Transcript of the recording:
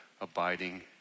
abiding